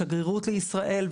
שגרירות לישראל,